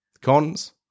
Cons